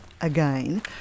again